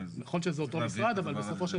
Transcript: נכון שזה אותו משרד, אבל בסופו של דבר.